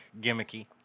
gimmicky